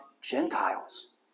Gentiles